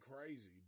crazy